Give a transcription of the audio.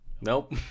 Nope